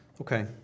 Okay